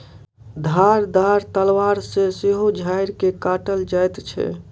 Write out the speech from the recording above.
धारदार तलवार सॅ सेहो झाइड़ के काटल जाइत छै